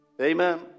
Amen